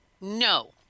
No